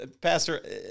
Pastor